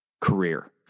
career